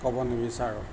ক'ব নিবিচাৰোঁ